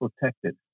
protected